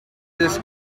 this